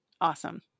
Awesome